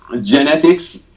Genetics